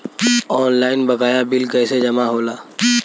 Online बकाया bill कैसे जमा होला?